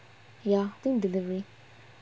ya think delivery